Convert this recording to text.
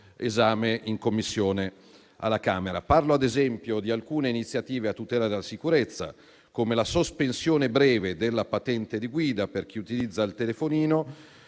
esame in Commissione alla Camera. Parlo ad esempio di alcune iniziative a tutela della sicurezza, come la sospensione breve della patente di guida per chi utilizza il telefonino